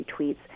retweets